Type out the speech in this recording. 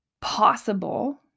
possible